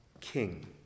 King